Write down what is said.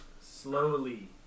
slowly